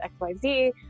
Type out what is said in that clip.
XYZ